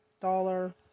dollar